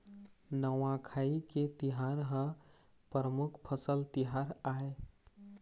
नवाखाई के तिहार ह परमुख फसल तिहार आय